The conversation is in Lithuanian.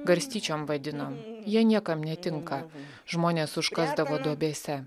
garstyčiom vadinom jie niekam netinka žmonės užkasdavo duobėse